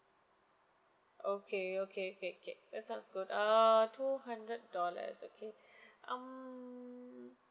okay okay okay okay that's sounds good err two hundred dollars okay um